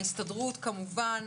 מההסתדרות כמובן.